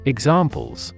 Examples